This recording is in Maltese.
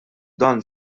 dan